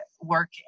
work